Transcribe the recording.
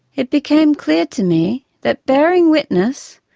it became clear to me that bearing witness,